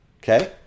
okay